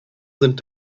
sind